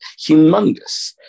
humongous